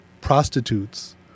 prostitutes